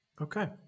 Okay